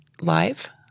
live